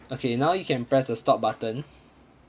okay now you can press the stop button